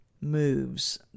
moves